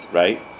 right